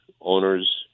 owners